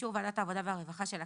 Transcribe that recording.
באישור ועדת העבודה והרווחה של הכנסת,